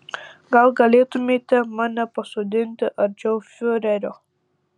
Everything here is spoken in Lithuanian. gal galėtumėte mane pasodinti arčiau fiurerio